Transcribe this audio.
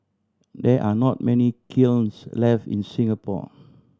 there are not many kilns left in Singapore